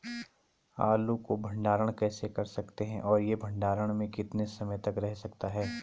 आलू को भंडारण कैसे कर सकते हैं और यह भंडारण में कितने समय तक रह सकता है?